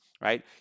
Right